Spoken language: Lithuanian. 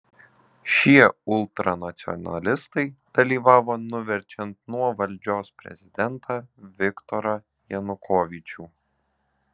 šie ultranacionalistai dalyvavo nuverčiant nuo valdžios prezidentą viktorą janukovyčių